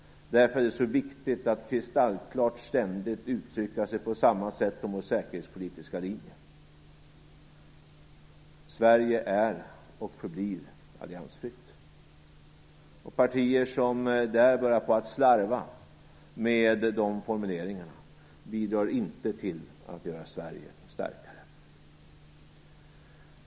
Därför är det så viktigt att kristallklart ständigt uttrycka sig på samma sätt om vår säkerhetspolitiska linje. Sverige är och förblir alliansfritt. Partier som börjar slarva med dessa formuleringar bidrar inte till att göra Sverige starkare.